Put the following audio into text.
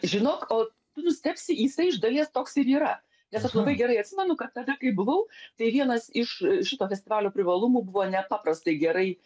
žinok o tu nustebsi jisai iš dalies toks ir yra nes aš labai gerai atsimenu kad tada kai buvau tai vienas iš šito festivalio privalumų buvo nepaprastai gerai